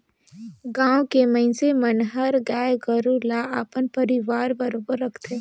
गाँव के मइनसे मन हर गाय गोरु ल अपन परवार बरोबर राखथे